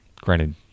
granted